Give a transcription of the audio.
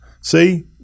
see